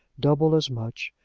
double as much,